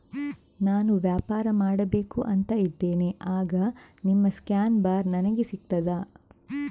ನಾನು ವ್ಯಾಪಾರ ಮಾಡಬೇಕು ಅಂತ ಇದ್ದೇನೆ, ಆಗ ನಿಮ್ಮ ಸ್ಕ್ಯಾನ್ ಬಾರ್ ನನಗೆ ಸಿಗ್ತದಾ?